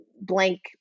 blank